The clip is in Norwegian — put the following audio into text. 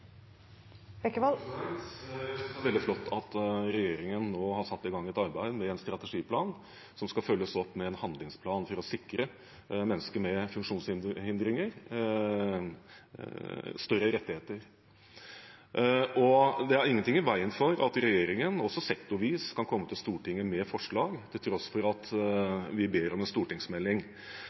veldig flott at regjeringen nå har satt i gang et arbeid med en strategiplan, som skal følges opp med en handlingsplan for å sikre mennesker med funksjonshindringer større rettigheter. Det er ingenting i veien for at regjeringen også sektorvis kan komme til Stortinget med forslag, til tross for at vi ber om en stortingsmelding.